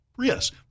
Yes